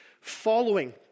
following